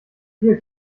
viel